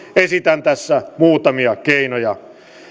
esitän tässä muutamia keinoja